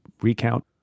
recount